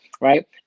right